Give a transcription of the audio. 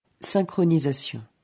Synchronisation